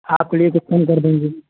आपके लिए कुछ कम कर देंगे